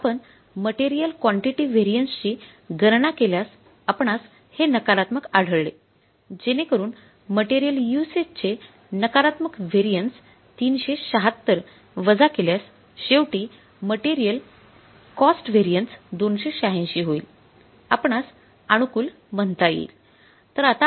आपण material quantity variance ची गणना केल्यास आपणास हे नकारात्मक आढळले जेणेकरून मटेरियल युसेज चे नकारात्मक व्हेरिएन्स ३७६ वजा केल्यास शेवटी मटेरियल कॉस्टव्हेरिएन्स २८६ होईल आपणास अनुकूल म्हणता येईल